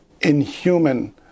inhuman